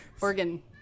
Oregon